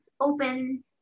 open